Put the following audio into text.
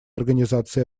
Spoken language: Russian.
организации